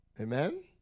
Amen